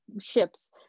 ships